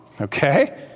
Okay